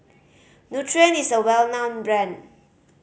nutren is a well known brand